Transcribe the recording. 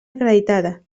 acreditada